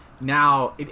now